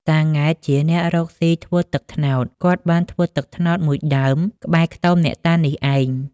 តា ង៉ែត ជាអ្នក រកស៊ីធ្វើទឹកត្នោត គាត់បានធ្វើទឹកត្នោតមួយដើមក្បែរខ្ទមអ្នកតានេះឯង ។